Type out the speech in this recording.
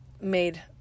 made